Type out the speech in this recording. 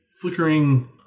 flickering